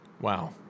Wow